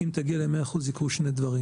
אם תגיע ל-100% יקרו שני דברים